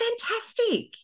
fantastic